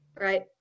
Right